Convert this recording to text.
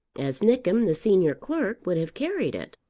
as nickem, the senior clerk, would have carried it.